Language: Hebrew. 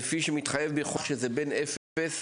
כפי שמתחייב מחוק המועצה לגיל הרך שזה מגיל אפס